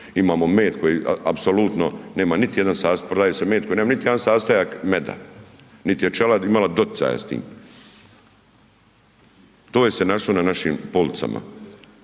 se med koji nema niti jedan sastojak meda. Niti je pčela imala doticaja s tim. To je se našlo na našim policama.